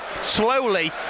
slowly